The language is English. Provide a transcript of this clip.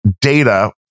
data